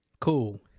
Cool